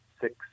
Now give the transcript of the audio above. six